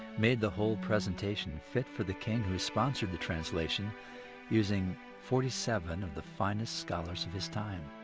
made the whole presentation fit for the king. who sponsored the translation using forty seven of the finest scholars of his time.